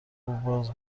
باز